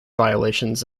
violations